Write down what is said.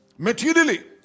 Materially